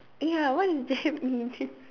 ya what is that means